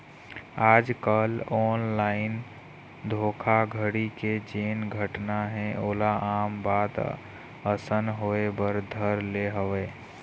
आजकल ऑनलाइन धोखाघड़ी के जेन घटना हे ओहा आम बात असन होय बर धर ले हवय